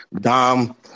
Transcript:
Dom